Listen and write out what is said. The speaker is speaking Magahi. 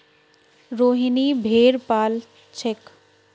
रोहिनी भेड़ पा ल छेक